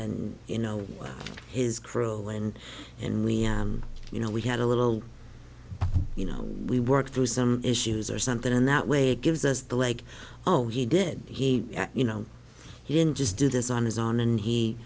and you know his crew and and we you know we had a little you know we worked through some issues or something and that way it gives us the leg oh he did he you know he didn't just do this on his own and he